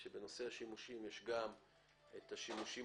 כאשר בנושא השימושים יש גם את השימושים